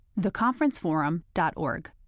theconferenceforum.org